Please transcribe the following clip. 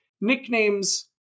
nicknames